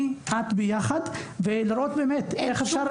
אני ואת ביחד, לראות איך אפשר.